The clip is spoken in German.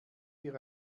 wir